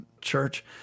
church